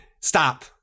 Stop